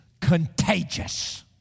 contagious